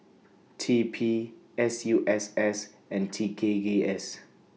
T P S U S S and T K Gay S